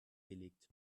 gelegt